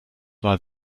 war